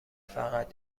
فقط